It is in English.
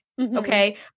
okay